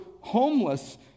homeless